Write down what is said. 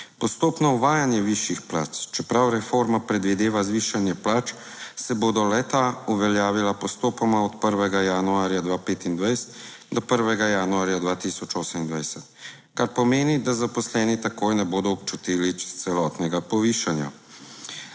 Postopno uvajanje višjih plač: čeprav reforma predvideva zvišanje plač, se bodo le ta uveljavila postopoma od 1. januarja 2025 do 1. januarja 2028, kar pomeni, da zaposleni takoj ne bodo občutili celotnega povišanja.